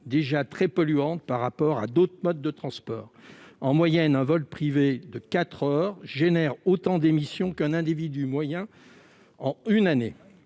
déjà très polluantes par rapport à d'autres modes de transport. En moyenne, un vol privé de quatre heures suscite autant d'émissions qu'un individu moyen en une année.